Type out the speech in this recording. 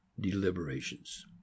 deliberations